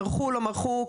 מרחו לא מרחו,